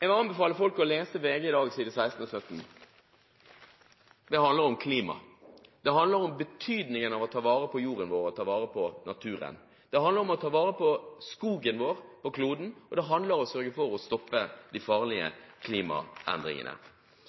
Jeg vil anbefale folk å lese VG i dag, sidene 16 og 17. Det handler om klima, det handler om betydningen av å ta vare på jorden vår og naturen, det handler om å ta vare på skogen på kloden vår, og det handler om å sørge for å stoppe de farlige klimaendringene.